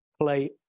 play